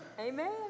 Amen